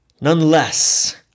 Nonetheless